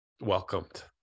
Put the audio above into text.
welcomed